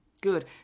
Good